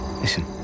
Listen